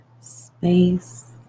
space